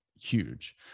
huge